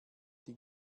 die